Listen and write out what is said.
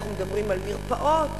אנחנו מדברים על מרפאות.